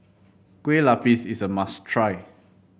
Kue Lupis is a must try